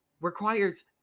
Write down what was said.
requires